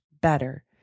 better